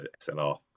SLR